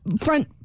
front